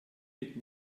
mit